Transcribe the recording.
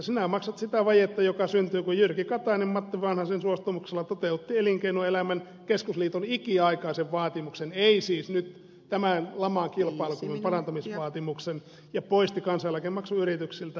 sinä maksat sitä vajetta joka syntyi kun jyrki katainen matti vanhasen suostumuksella toteutti elinkeinoelämän keskusliiton ikiaikaisen vaatimuksen ei siis nyt tämän laman kilpailukyvyn parantamisvaatimuksen ja poisti kansaneläkemaksun yrityksiltä